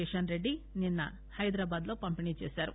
కిషన్ రెడ్లి నిన్న హైదరాబాద్లో పంపిణీ చేశారు